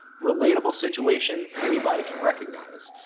relatable situations anybody can recognize.